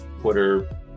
Twitter